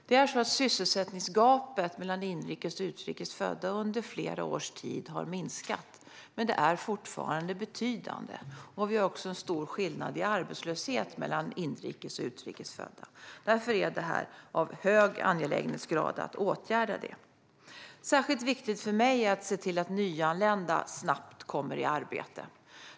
Herr talman! Sysselsättningsgapet mellan inrikes och utrikes födda har minskat under flera års tid, men det är fortfarande betydande. Vi har också en stor skillnad i arbetslöshet mellan inrikes och utrikes födda. Därför är det mycket angeläget att åtgärda det. Särskilt viktigt för mig är det att se till att nyanlända snabbt kommer i arbete.